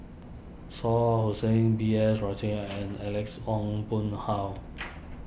Shah Hussain B S Rajhans and Alex Ong Boon Hau